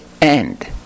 end